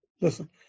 Listen